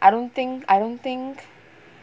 I don't think I don't think